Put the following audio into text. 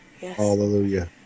Hallelujah